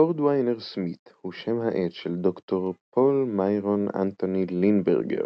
קורדוויינר סמית' הוא שם העט של ד"ר פול מיירון אנתוני לינברגר,